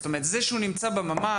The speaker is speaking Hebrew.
זאת אומרת, זה שהוא נמצא בממ"ד